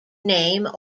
name